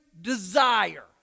desire